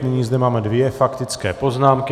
Nyní zde máme dvě faktické poznámky.